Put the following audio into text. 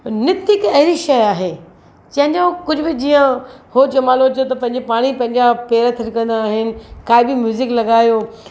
नृत हिक अहिड़ी शय आहे जंहिंजो कुझु बि जीअं होजमालो चयो त पंहिंजे पाण ई पंहिंजा पेर थिरकंदा आहिनि काई बि म्युज़िक लॻायो